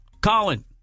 Colin